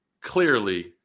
clearly